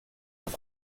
auf